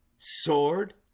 sword